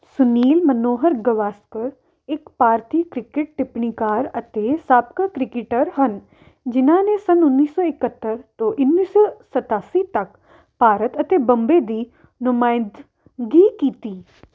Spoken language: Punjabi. ਸੁਨੀਲ ਮਨੋਹਰ ਗਾਵਸਕਰ ਇੱਕ ਭਾਰਤੀ ਕ੍ਰਿਕਟ ਟਿੱਪਣੀਕਾਰ ਅਤੇ ਸਾਬਕਾ ਕ੍ਰਿਕਟਰ ਹਨ ਜਿਨ੍ਹਾਂ ਨੇ ਸੰਨ ਉੱਨੀ ਸੌ ਇਕੱਹਤਰ ਤੋਂ ਉੱਨੀ ਸੌ ਸਤਾਸੀ ਤੱਕ ਭਾਰਤ ਅਤੇ ਬੰਬੇ ਦੀ ਨੁਮਾਇੰਦਗੀ ਕੀਤੀ